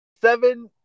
seven